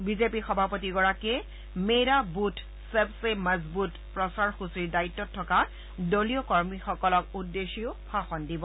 বিজেপিৰ সভাপতিগৰাকীয়ে মেৰা বুথ সবছে মজবুট প্ৰচাৰসূচীৰ দায়িত্বত থকা দলীয় কৰ্মীসকলক উদ্দেশ্যিও ভাষণ দিব